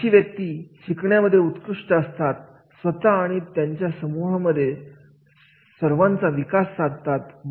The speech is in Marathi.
अशा व्यक्ती शिकण्या मध्ये उत्कृष्ट असतात स्वतः आणि त्यांच्या समूहामध्ये सर्वांचा विकास साधतात